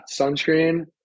sunscreen